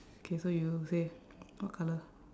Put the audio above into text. K so you say what colour